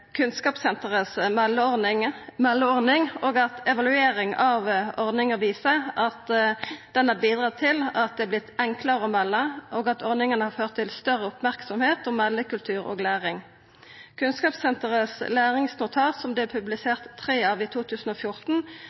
Kunnskapssenterets meldeordning, og at ei evaluering av ordninga viser at ho har bidrege til at det har vorte enklare å melda, og at ordninga har ført til større merksemd om meldekultur og læring. Kunnskapssenterets læringsnotat, som det vart publisert tre av i 2014,